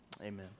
amen